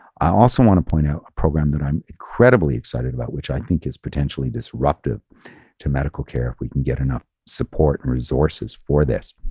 i also want to point out a program that i'm incredibly excited about, which i think is potentially disruptive to medical care if we can get enough support and resources for this.